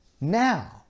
now